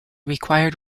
required